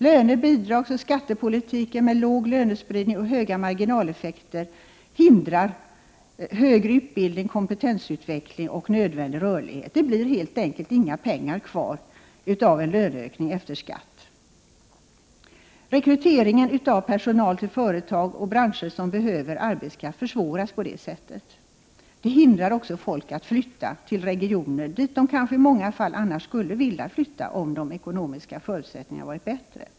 Löne-, bidragsoch skattepolitiken med låg lönespridning och höga marginaleffekter hindrar högre utbildning, kompetensutveckling och nödvändig rörlighet. Det blir helt enkelt inga pengar kvar av en löneökning efter skatt. Rekryteringen av personal till företag och branscher som behöver arbetskraft försvåras på det sättet. Det hindrar också folk att flytta till regioner som man kanske i många fall annars skulle vilja flytta till, om de ekonomiska förutsättningarna var bättre.